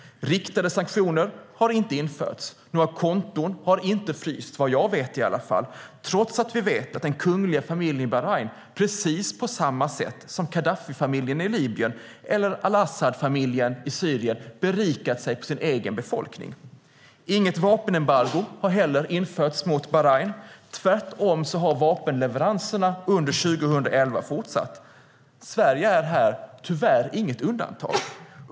Riktade sanktioner har inte införts och några konton har inte frysts, vad jag vet i alla fall, trots att vi vet att den kungliga familjen i Bahrain precis på samma sätt som Gaddafifamiljen i Libyen eller al-Assad-familjen i Syrien berikat sig på sin egen befolkning. Inte heller har något vapenembargo införts mot Bahrain. Tvärtom har vapenleveranserna under 2011 fortsatt. Sverige är här tyvärr inget undantag.